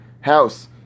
house